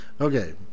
Okay